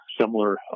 similar